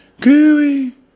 gooey